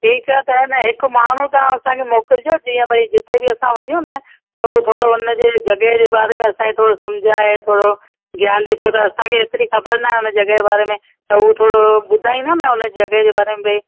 ठीकु आहे त हिकु माण्हू तव्हां असांखे मोकिलिजो जीअं भाई जिते बि असां वञू न त हो थोरो उनजे जॻह जे बारे में असांखे थोड़ो सम्झाए थोरो ज्ञान ॾिए छो त असांखे एतिरी ख़बर न आहे हुन जॻह जे बारे में त हो थोरो ॿुधाईंदो न उन जॻह जे बारे में भाई